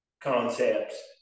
concepts